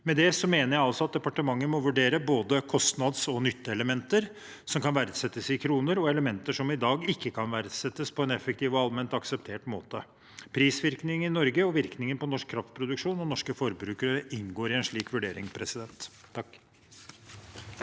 Med det mener jeg altså at departementet må vurdere både kostnads- og nytteelementer som kan verdsettes i kroner, og elementer som i dag ikke kan verdsettes på en effektiv og allment akseptert måte. Prisvirkning i Norge og virkningen på norsk kraftproduksjon og norske forbrukere inngår i en slik vurdering. Sofie Marhaug